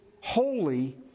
holy